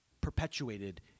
perpetuated